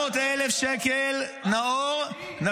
600,000 שקל, שתקת.